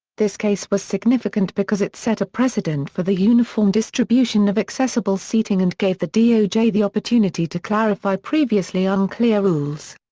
this case was significant because it set a precedent for the uniform distribution of accessible seating and gave the doj the opportunity to clarify previously unclear rules.